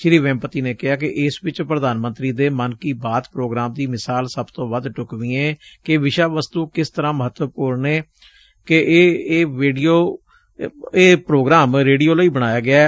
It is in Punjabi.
ਸ੍ਰੀ ਵੈਂਪਡੀ ਨੇ ਕਿਹਾ ਕਿ ਇਸ ਵਿਚ ਪ੍ਰਧਾਨ ਮੰਤਰੀ ਦੇ ਮਨ ਕੀ ਬਾਤ ਪ੍ਰੋਗਰਾਮ ਦੀ ਮਿਸਾਲ ਸਭ ਤੋਂ ਵੱਧ ਢਕਵੀਂ ਏ ਕਿ ਵਿਸ਼ਾ ਵਸਤੁ ਕਿਸ ਤਰਾਂ ਮਹੱਤਵਪੁਰਨ ਏ ਕਿ ਇਹ ਪੋਗਰਾਮ ਰੇਡੀਓ ਲਈ ਬਣਾਇਆ ਗਿਐ